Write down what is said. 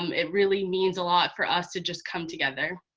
um it really means a lot for us to just come together.